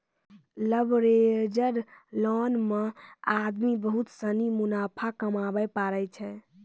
leveraged loan मे आदमी बहुत सनी मुनाफा कमाबै पारै छै